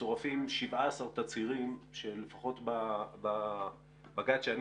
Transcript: מצורפים 17 תצהירים שלפחות בבג"ץ שאני